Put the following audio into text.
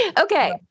Okay